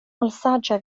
malsaĝa